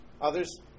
Others